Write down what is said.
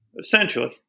Essentially